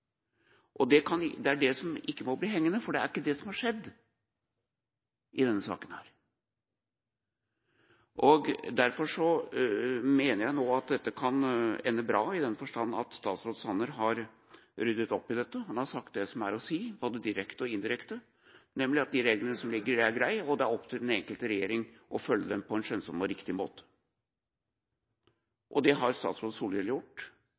at dette kan ende bra, i den forstand at statsråd Sanner har ryddet opp i dette. Han sier det som er å si, både direkte og indirekte, nemlig at de reglene som ligger der, er greie, og det er opp til den enkelte regjering å følge dem på en skjønnsom og riktig måte. Det har statsråd Solhjell gjort.